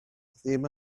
ddim